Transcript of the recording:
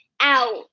out